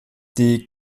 die